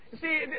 See